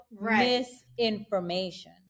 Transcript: misinformation